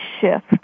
shift